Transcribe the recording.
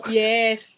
yes